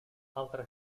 altre